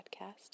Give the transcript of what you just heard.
podcast